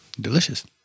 Delicious